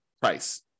price